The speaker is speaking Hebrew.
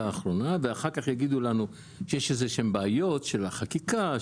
האחרונה ואחר-כך יגידו לנו שיש בעיות של חקיקה,